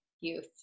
youth